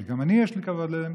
וגם לי יש כבוד אליהם,